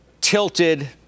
tilted